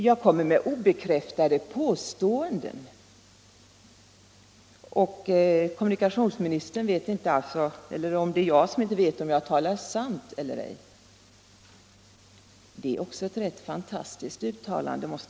Jag kommer med obekräftade påståenden, säger kommunikationsministern, och han vet inte — eller det kanske är jag som inte vet — om jag talar sanning eller ej. Det är också ett rätt fantastiskt uttalande.